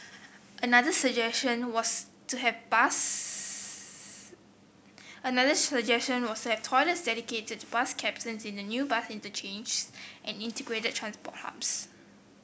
another suggestion was to have bus another suggestion was to have toilets dedicated to bus captains in the new bus interchanges and integrated transport hubs